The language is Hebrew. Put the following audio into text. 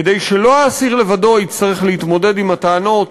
כדי שלא האסיר לבדו יצטרך להתמודד עם הטענות